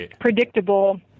predictable